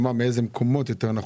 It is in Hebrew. יותר נכון, מאיזה מקומות בצפון?